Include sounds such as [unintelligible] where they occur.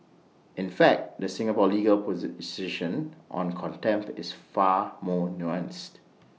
in fact the Singapore legal [unintelligible] on contempt is far more nuanced